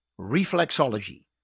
reflexology